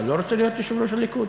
אתה לא רוצה להיות יושב-ראש הליכוד?